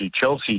Chelsea